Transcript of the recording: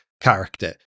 character